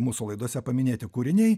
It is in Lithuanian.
mūsų laidose paminėti kūriniai